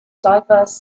diverse